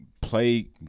play